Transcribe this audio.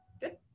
good